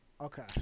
Okay